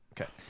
Okay